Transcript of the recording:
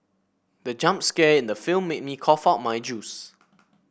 the jump scare in the film made me cough out my juice